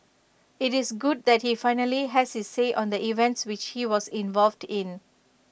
IT is good that he finally has his say on the events which he was involved in